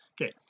okay